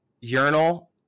urinal